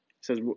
says